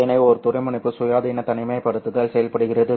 எனவே ஒரு துருவமுனைப்பு சுயாதீன தனிமைப்படுத்தல் செயல்படுகிறது